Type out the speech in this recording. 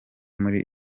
muri